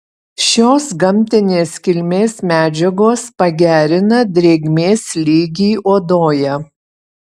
šios gamtinės kilmės medžiagos pagerina drėgmės lygį odoje